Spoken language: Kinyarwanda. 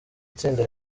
itsinda